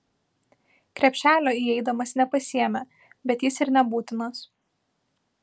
krepšelio įeidamas nepasiėmė bet jis ir nebūtinas